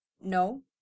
No